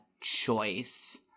choice